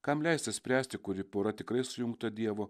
kam leisti spręsti kuri pora tikrai sujungta dievo